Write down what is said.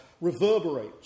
reverberates